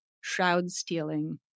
shroud-stealing